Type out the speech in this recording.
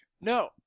No